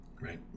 Right